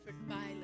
violence